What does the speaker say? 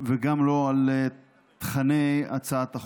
וגם לא על תוכני הצעת החוק.